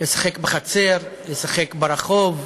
לשחק בחצר, לשחק ברחוב,